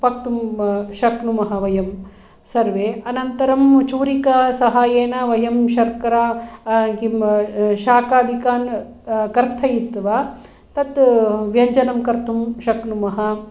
पक्तुं शक्नुमः वयं सर्वे अनन्तरं छुरिका साहाय्येन वयं शर्करा किं शाकादिकान् कर्तयित्वा तत् व्यञ्जनं कर्तुं शक्नुमः